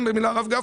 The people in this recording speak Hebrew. במילה, הרב גפני.